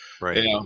Right